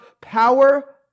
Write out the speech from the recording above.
power